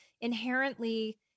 inherently